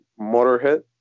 Motorhead